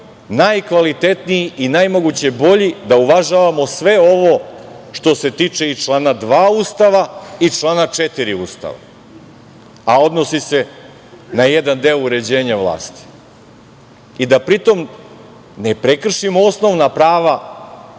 najkvalitetniji i najmoguće bolji da uvažavamo sve ovo, što se tiče i člana 2. Ustava i člana 4. Ustava, a odnosi se na jedan deo uređenja vlasti i da pri tom ne prekršimo osnovna prava Ustava